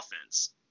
offense